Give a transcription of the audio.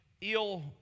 Ill